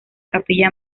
capilla